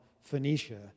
Phoenicia